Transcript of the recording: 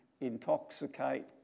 intoxicate